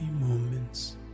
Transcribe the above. moments